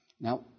Now